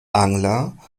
angler